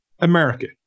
America